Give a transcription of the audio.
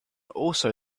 also